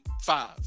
five